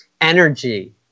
energy